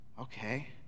Okay